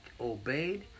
obeyed